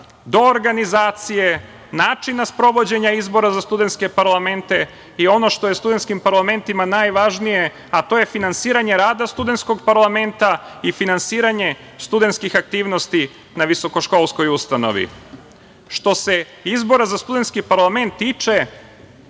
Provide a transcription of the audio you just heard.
do organizacije, načina sprovođenja izbora za studentske parlamente i ono što je studentskim parlamentima najvažnije, a to je finansiranje rada studentskog parlamenta i finansiranje studentskih aktivnosti na visokoškolskoj ustanovi. Što se izbora za studentski parlament tiče,